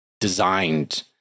designed